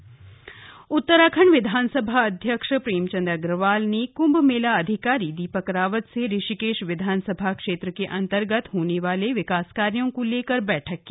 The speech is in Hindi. कुंभ मेला कार्य उत्तराखंड विधानसभा अध्यक्ष प्रेमचंद अग्रवाल ने कंभ मेला अधिकारी दीपक रावत से ऋषिकेश विधानसभा क्षेत्र के अंतर्गत होने वाले विकास कार्यों को लेकर बैठक की